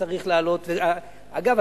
אגב,